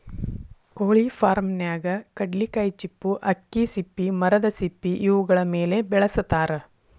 ಕೊಳಿ ಫಾರ್ಮನ್ಯಾಗ ಕಡ್ಲಿಕಾಯಿ ಚಿಪ್ಪು ಅಕ್ಕಿ ಸಿಪ್ಪಿ ಮರದ ಸಿಪ್ಪಿ ಇವುಗಳ ಮೇಲೆ ಬೆಳಸತಾರ